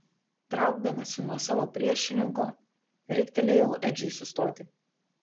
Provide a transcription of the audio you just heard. traukdamasi nuo savo priešininko riktelėjau edžiui sustoti